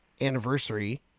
anniversary